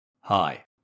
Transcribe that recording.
Hi